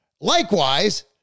Likewise